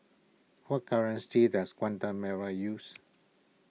what currency does Guatemala use